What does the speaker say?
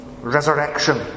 resurrection